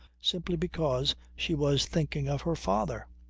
simply because she was thinking of her father.